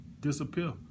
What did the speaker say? disappear